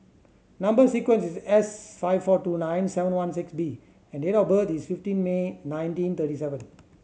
number sequence is S five four two nine seven one six B and date of birth is fifteen May nineteen thirty seven